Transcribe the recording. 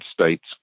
states